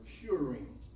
curing